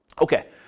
Okay